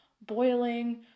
boiling